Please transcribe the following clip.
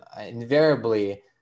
invariably